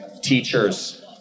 teachers